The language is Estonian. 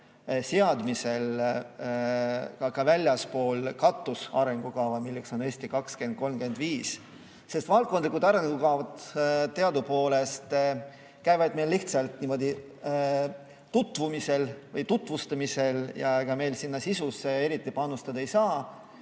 seadmisel ka väljaspool katusarengukava, milleks on "Eesti 2035", sest valdkondlikud arengukavad teadupoolest käivad meil lihtsalt niimoodi tutvumisel või tutvustamisel ja ega me sinna sisusse eriti panustada ei saa.